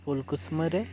ᱯᱷᱩᱞᱠᱩᱥᱢᱟᱹ ᱨᱮ